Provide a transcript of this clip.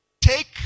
take